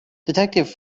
detective